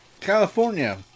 California